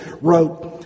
wrote